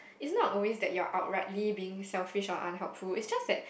it's not always that you are outrightly being selfish or unhelpful it's just that